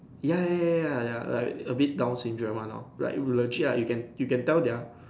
ya ya ya ya ya ya like a bit Down's syndrome one lor like legit ah you can you can tell their